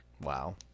wow